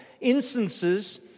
instances